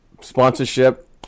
sponsorship